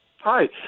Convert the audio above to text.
Hi